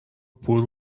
پول